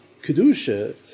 Kedusha